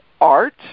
art